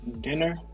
dinner